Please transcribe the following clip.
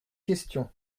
question